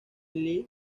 lee